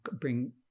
bring